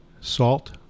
Salt